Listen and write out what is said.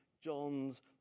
John's